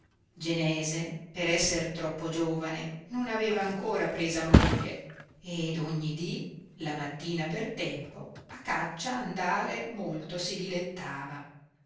genese per esser troppo giovane non aveva ancora presa moglie ed ogni dì la mattina per tempo a caccia andare molto si dilettava